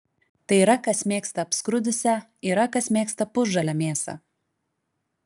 tai yra kas mėgsta apskrudusią yra kas mėgsta pusžalę mėsą